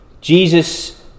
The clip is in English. Jesus